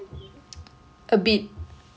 I am breaking is it